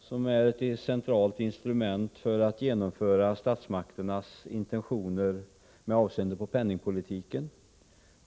som är ett centralt instrument för att genomföra statsmakternas intentioner med avseende på penningpolitiken.